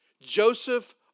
Joseph